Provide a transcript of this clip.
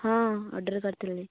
ହଁ ଅର୍ଡର୍ କରିଥିଲି